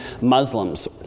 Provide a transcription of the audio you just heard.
Muslims